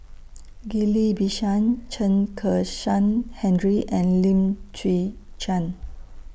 Ghillie BaSan Chen Kezhan Henri and Lim Chwee Chian